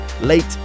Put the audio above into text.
late